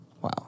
wow